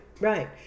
right